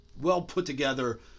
well-put-together